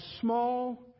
small